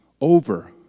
over